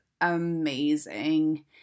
amazing